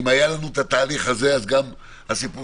אם היה לנו את התהליך הזה אז גם הסיפור